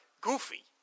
goofy